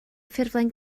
ffurflen